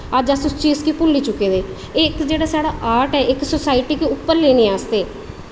अज्ज अस उस चीज़ गी भुल्ली चुक्के दे इक्क जेह्का एह् आर्ट ऐ एह् सोसायटी गी उप्पर लेई जाने आस्तै